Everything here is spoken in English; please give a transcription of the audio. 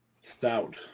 stout